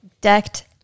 decked